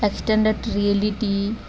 extend reality